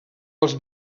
els